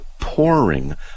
pouring